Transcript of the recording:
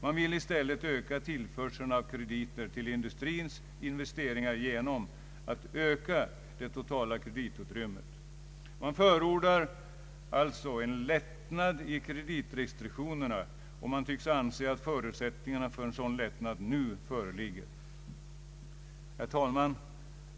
Man vill i stället öka tillförseln av krediter till industrins investeringar genom att öka det totala kreditutrymmet. Man förordar alltså en lättnad i kreditrestriktionerna, och man tycks anse att förutsättningarna för en sådan lättnad nu föreligger. Herr talman!